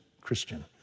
Christian